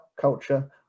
culture